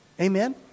Amen